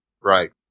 Right